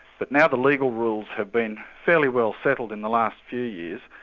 but now the legal rules have been fairly well settled in the last few years.